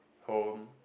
home